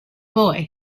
boy